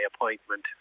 appointment